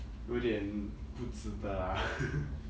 有点不值得啦